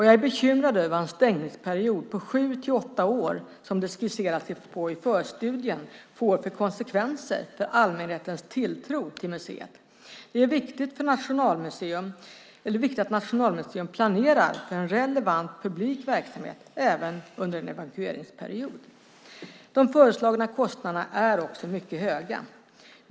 Jag är bekymrad över vad en stängningsperiod på sju till åtta år - som det är skisserat på i förstudien - får för konsekvenser för allmänhetens tilltro till museet. Det är viktigt att Nationalmuseum planerar för en relevant publik verksamhet även under en evakueringsperiod. De föreslagna kostnaderna är också mycket höga.